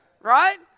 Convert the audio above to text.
right